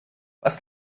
was